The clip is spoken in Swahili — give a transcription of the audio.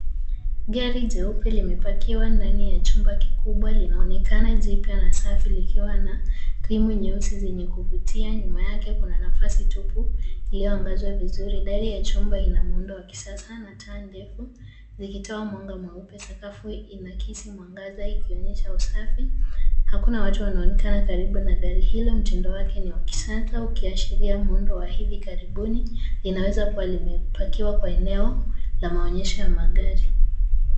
Gari jeupe limepakiwa ndani ya chumba kikubwa, linaonekana jipya na safi likiwa na krimu nyeusi zenye kuvutia, nyuma yake kuna nafasi tupu ilioangazwa vizuri, ndani ya chumba lina muundo wa kisasa na taa ndefu zikitoa mwanga mweupe. Sakafu inakisi mwangaza ikionyesha usafi, hakuna watu wanaonekana karibu na gari hilo. Mtindo wake ni wa kisasa ukiashiria muundo wa hivi karibuni, linaweza kua limepakiwa kwa eneo la maonyesho ya magari.